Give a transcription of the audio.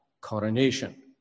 coronation